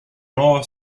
nuova